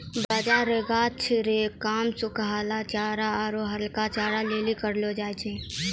बाजरा के गाछ रो काम सुखलहा चारा आरु हरका चारा लेली करलौ जाय छै